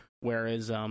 Whereas